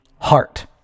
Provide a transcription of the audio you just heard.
heart